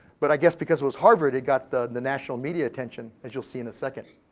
but i guess because it was harvard, it got the the national media attention, as you'll see in a second.